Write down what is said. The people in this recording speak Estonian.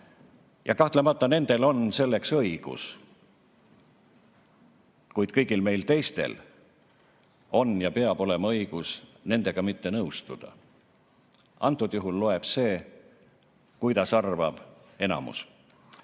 Kahtlemata on neil selleks õigus. Kuid kõigil meil teistel on ja peab olema õigus nendega mitte nõustuda. Antud juhul loeb see, kuidas arvab enamus. Kui